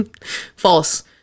false